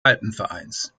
alpenvereins